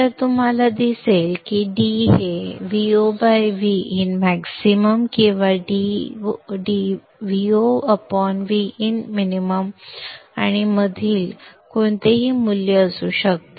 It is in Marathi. तर तुम्हाला दिसेल की d हे VoVin max किंवा VoVin min आणि मधील कोणतेही मूल्य असू शकते